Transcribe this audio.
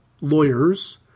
lawyers